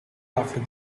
after